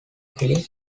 killing